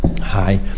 Hi